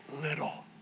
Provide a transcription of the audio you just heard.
little